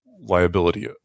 liability